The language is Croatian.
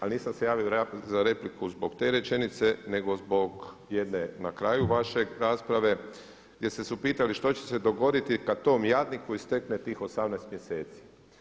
Ali nisam se javio na repliku zbog te rečenice nego zbog jedne na kraju vaše rasprave gdje ste se upitali što će se dogoditi kada tom jadniku istekne tih 18 mjeseci.